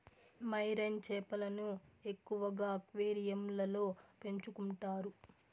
marine చేపలను ఎక్కువగా అక్వేరియంలలో పెంచుకుంటారు